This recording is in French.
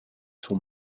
son